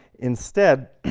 instead,